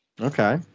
Okay